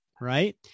right